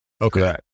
Okay